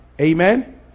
Amen